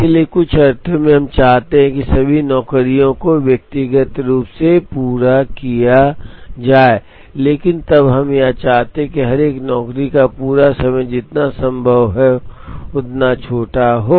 इसलिए कुछ अर्थों में हम चाहते हैं कि सभी नौकरियों को व्यक्तिगत रूप से पूरा किया जाए लेकिन तब हम चाहते हैं कि हर एक नौकरी का पूरा समय जितना संभव हो उतना छोटा हो